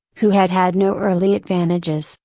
who had had no early advantages,